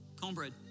cornbread